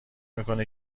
میکنه